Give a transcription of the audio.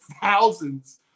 thousands